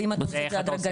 ואם אתה עושה את זה הדרגתי,